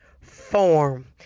form